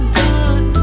good